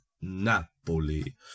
Napoli